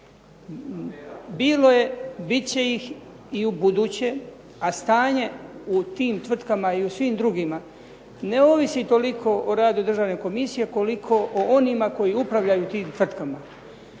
bilo je, bit će ih i ubuduće, a stanje u tim tvrtkama i u svim drugima ne ovisi toliko o radu državne komisije koliko o onima koji upravljaju tim tvrtkama.